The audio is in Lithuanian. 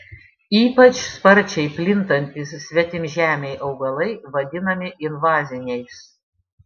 ypač sparčiai plintantys svetimžemiai augalai vadinami invaziniais